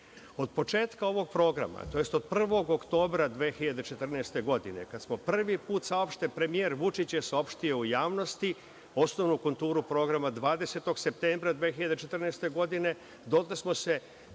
Od početka ovog programa tj. od 1. oktobra 2014. godine kada smo prvi put, premijer Vučić je saopštio u javnosti, osnovnu konturu programa 20. septembra 2014. godine dotle smo se